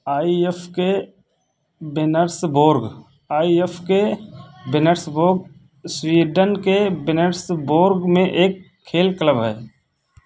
I F K Vanersborg I F K Vanersborg Sweden के Vanersborg में एक खेल क्लब है